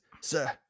sir